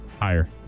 Higher